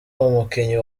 umukinnyi